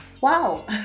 Wow